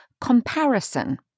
comparison